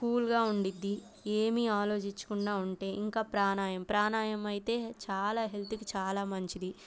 కూల్గా ఉంటుంది ఏమి ఆలోచించకుండా ఉంటే ఇంకా ప్రాణాయమం ప్రాణాయామం అయితే చాలా హెల్త్కి చాలా మంచిది